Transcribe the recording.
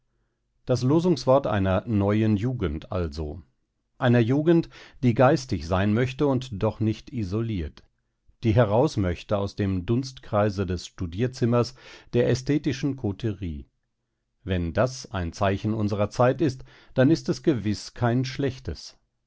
das losungswort einer neuen jugend also einer jugend die geistig sein möchte und doch nicht isoliert die heraus möchte aus dem dunstkreise des studierzimmers der ästhetischen koterie wenn das ein zeichen unserer zeit ist dann ist es gewiß kein schlechtes